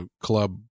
Club